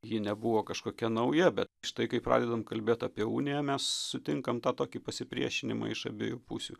ji nebuvo kažkokia nauja bet štai kai pradedam kalbėt apie uniją mes sutinkam tą tokį pasipriešinimą iš abiejų pusių